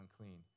unclean